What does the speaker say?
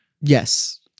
Yes